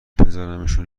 بزارمشون